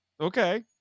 Okay